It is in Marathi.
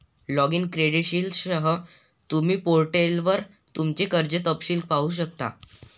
लॉगिन क्रेडेंशियलसह, तुम्ही पोर्टलवर तुमचे कर्ज तपशील पाहू शकता